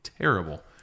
terrible